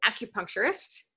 acupuncturist